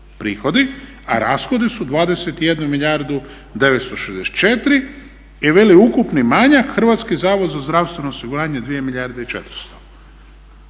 a rashodi su 21 milijardu 964 i veli ukupni manjak Hrvatski zavod za zdravstveno osiguranje 2 milijarde i 400.